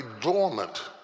dormant